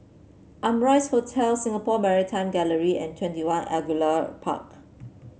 Amrise Hotel Singapore Maritime Gallery and Twenty One Angullia Park